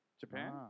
Japan